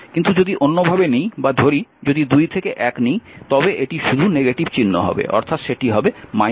কিন্তু যদি অন্যভাবে নিই বা ধরি যদি 2 থেকে 1 নিই তবে এটি শুধু নেগেটিভ চিহ্ন হবে অর্থাৎ সেটি হবে 4 অ্যাম্পিয়ার